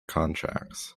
contracts